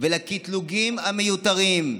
ולקטלוגים המיותרים.